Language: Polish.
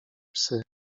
psy